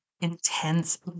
intense